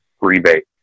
rebate